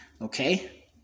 okay